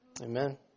Amen